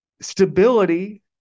stability